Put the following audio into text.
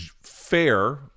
fair